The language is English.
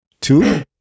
Two